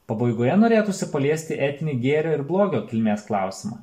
pabaigoje norėtųsi paliesti etinį gėrio ir blogio kilmės klausimą